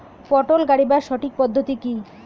পটল গারিবার সঠিক পদ্ধতি কি?